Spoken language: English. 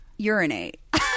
urinate